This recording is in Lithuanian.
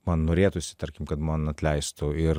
man norėtųsi tarkim kad man atleistų ir